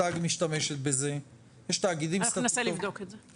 אנחנו ננסה לבדוק את זה.